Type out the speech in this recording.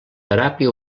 teràpia